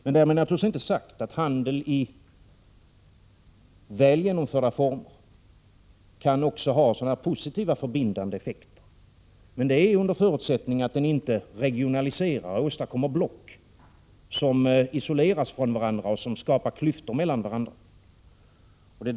Men därmed naturligtvis inte sagt att handel i väl genomförda former inte kan ha positiva, förbindande effekter. Det gäller dock under förutsättning att den inte regionaliserar och åstadkommer block, som isoleras från varandra och som skapar klyftor mellan varandra.